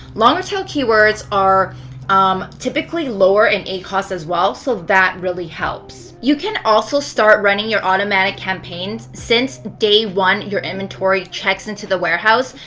longer tail keywords are um typically lower in acos as well so that really helps. you can also start running your automatic campaigns since day one when your inventory checks into the warehouse.